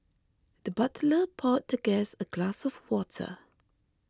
the butler poured the guest a glass of water